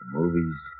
movies